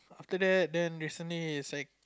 after that then recently it's like